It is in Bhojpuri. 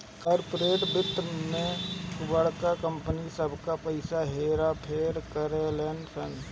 कॉर्पोरेट वित्त मे बड़का कंपनी सब पइसा क हेर फेर करेलन सन